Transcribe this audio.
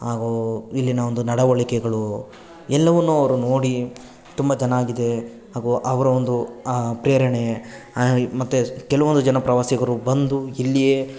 ಹಾಗೂ ಇಲ್ಲಿನ ಒಂದು ನಡವಳಿಕೆಗಳು ಎಲ್ಲವನ್ನು ಅವರು ನೋಡಿ ತುಂಬ ಚೆನ್ನಾಗಿದೆ ಹಾಗೂ ಅವರ ಒಂದು ಆ ಪ್ರೇರಣೆ ಮತ್ತೆ ಕೆಲವೊಂದು ಜನ ಪ್ರವಾಸಿಗರು ಬಂದು ಇಲ್ಲಿಯೆ